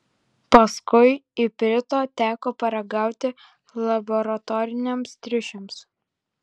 paskui iprito teko paragauti laboratoriniams triušiams